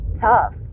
tough